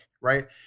right